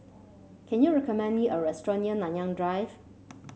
can you recommend me a restaurant near Nanyang Drive